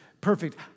perfect